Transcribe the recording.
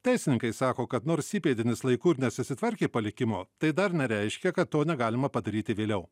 teisininkai sako kad nors įpėdinis laiku ir nesusitvarkė palikimo tai dar nereiškia kad to negalima padaryti vėliau